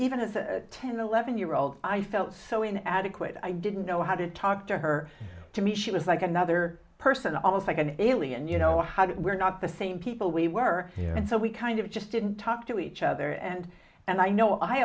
even at ten eleven year old i felt so in adequate i didn't know how to talk to her to me she was like another person almost like an alien you know how did we're not the same people we were and so we kind of just didn't talk to each other and and i know i